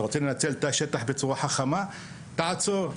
אם אתה רוצה לנצל את השטח בצורה חכמה אז תעצור.